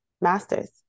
master's